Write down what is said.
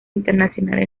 internacional